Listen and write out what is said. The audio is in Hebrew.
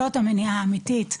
זאת המניעה האמיתית,